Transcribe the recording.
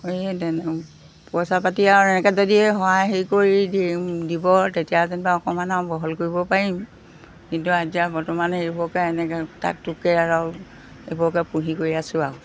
এই তেনে পইচা পাতি আৰু এনেকৈ যদি সহায় হেৰি কৰি দি দিব তেতিয়া যেন অকণমান আৰু বহল কৰিব পাৰিম কিন্তু এতিয়া আৰু বৰ্তমান সেইভবোৰকে এনৈকে টাক টুককে আৰু এইবোৰকে পুহি কৰি আছোঁ আও